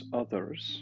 others